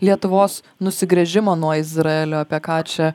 lietuvos nusigręžimo nuo izraelio apie ką čia